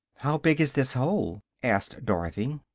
how big is this hole? asked dorothy.